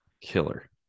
killer